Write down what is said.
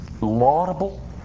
laudable